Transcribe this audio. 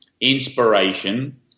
inspiration